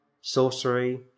sorcery